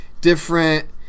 different